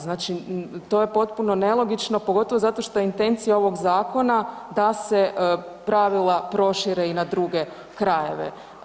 Znači to je potpuno nelogično, pogotovo zato što je intencija ovog zakona da se pravila prošire i na druge krajeve.